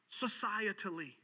societally